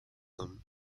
them